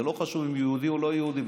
זה לא חשוב אם יהודי או לא יהודי,